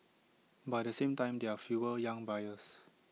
but at the same time there are fewer young buyers